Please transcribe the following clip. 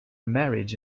marriage